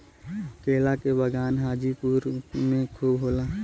केला के बगान हाजीपुर में खूब होला